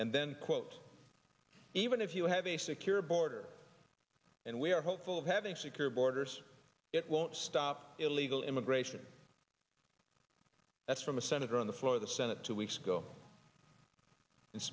and then quote even if you have a secure border and we are hopeful of having secure borders it won't stop illegal immigration that's from a senator on the floor of the senate two weeks ago and